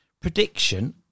prediction